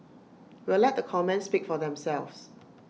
we'll let the comments speak for themselves